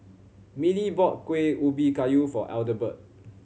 Millie bought Kuih Ubi Kayu for Adelbert